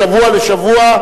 משבוע לשבוע,